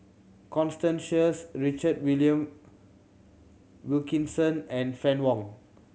Constance Sheares Richard Willion Wilkinson and Fann Wong